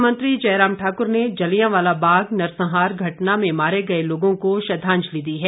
मुख्यमंत्री जयराम ठाकुर ने जलियांवाला बाग नरसंहार घटना में मारे गए लोगों को श्रद्दाजंलि दी है